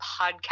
podcast